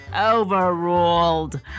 Overruled